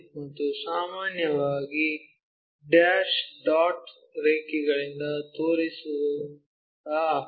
ಮತ್ತು ಸಾಮಾನ್ಯವಾಗಿ dash dot ರೇಖೆಗಳಿಂದ ತೋರಿಸುವ ಆ ಅಕ್ಷ